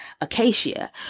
Acacia